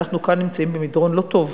ואנחנו כאן נמצאים במדרון לא טוב.